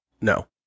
No